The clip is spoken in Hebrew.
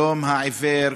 יום העיוור,